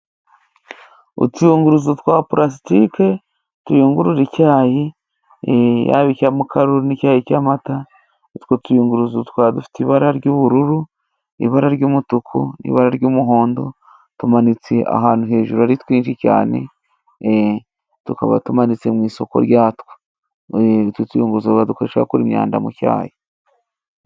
Utuyunguruzo twa purasitike, tuyunguru icyayi haba icya mukaru n' icyayi cy'amata, utwo tuyunguruzo twari dufite ibara ry'ubururu, ibara ry'umutuku, n'ibara ry'umuhondo, tumanitse ahantu hejuru ari twinshi cyane, tukaba tumanitse mu isoko ryatwo. Utwo tuyunguruzo ba dukoresha bakura imyanda mu cyayi.